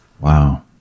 Wow